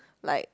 like